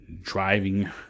driving